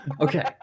Okay